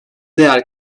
değer